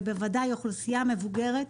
ובוודאי אוכלוסייה מבוגרת,